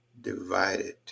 divided